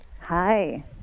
Hi